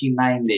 1990